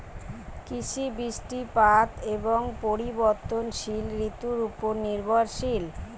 কৃষি বৃষ্টিপাত এবং পরিবর্তনশীল ঋতুর উপর নির্ভরশীল